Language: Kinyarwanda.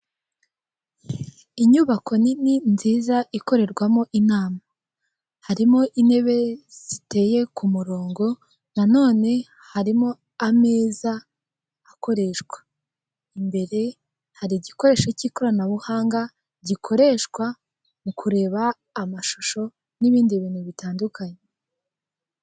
Inyubako nini nziza ikorerwamo inama, harimo intebe ziteye ku murongo nanone harimo ameza akoreshwa. Imbere hari igikoresho cy'ikoranabuhanga gikoreshwa mu kureba amashusho n'ibindi bintu bitandukanye.